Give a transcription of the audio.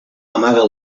amaga